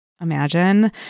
imagine